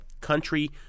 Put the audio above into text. country